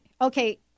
Okay